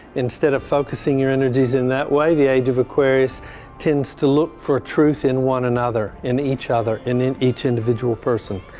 instead of focusing your energies in that way, the age of the aquarius tends to look for truth in one another, in each other, in in each individual person.